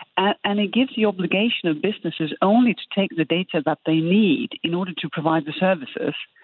ah and it gives the obligation of businesses only to take the data that they need in order to provide the services,